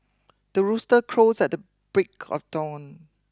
the rooster crows at the break of dawn